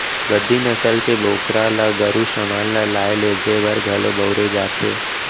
गद्दी नसल के बोकरा ल गरू समान ल लाय लेजे बर घलौ बउरे जाथे